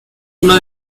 una